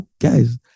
guys